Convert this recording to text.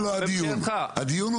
תסתכל על הדיון.